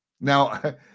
Now